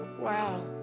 wow